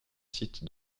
sites